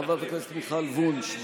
חברת הכנסת מיכל וונש,